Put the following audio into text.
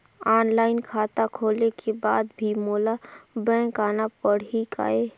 Online खाता खोले के बाद भी मोला बैंक आना पड़ही काय?